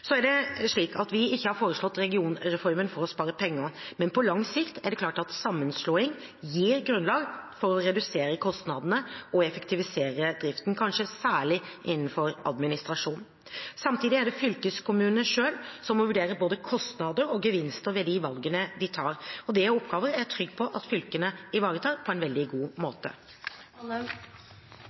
Vi har ikke foreslått regionreformen for å spare penger, men på lang sikt er det klart at sammenslåing gir grunnlag for å redusere kostnadene og effektivisere driften, kanskje særlig innenfor administrasjon. Samtidig er det fylkeskommunene selv som må vurdere både kostnader og gevinster ved de valgene de tar, og det er en oppgave jeg er trygg på at fylkene ivaretar på en veldig god måte.